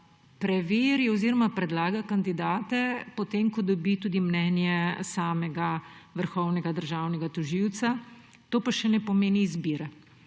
preveri oziroma predlaga kandidate, potem ko dobi tudi mnenje samega vrhovnega državnega tožilca. To pa še ne pomeni izbire